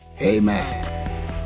Amen